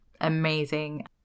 amazing